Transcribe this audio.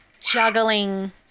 juggling